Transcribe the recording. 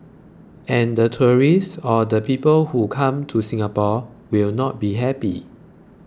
and the tourists or the people who come to Singapore will not be happy